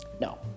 No